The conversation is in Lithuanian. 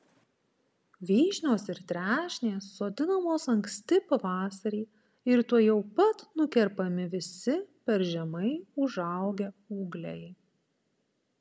vyšnios ir trešnės sodinamos anksti pavasarį ir tuojau pat nukerpami visi per žemai užaugę ūgliai